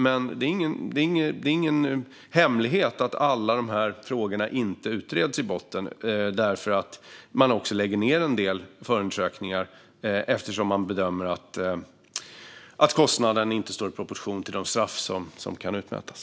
Men det är ingen hemlighet att inte alla dessa frågor utreds i botten och att man lägger ned en del förundersökningar eftersom man bedömer att kostnaden inte står i proportion till de straff som kan utmätas.